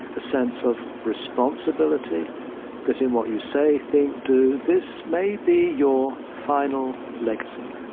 a sense of responsibility that in what you say, think, do, this may be your final legacy